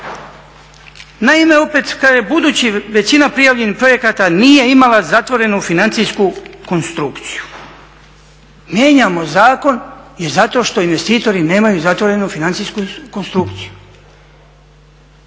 Naime, opet, većina prijavljenih projekata nije imala zatvorenu financijsku konstrukciju. Mijenjamo zakon zato što investitori nemaju zatvorenu financijsku konstrukciju.